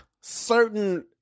certain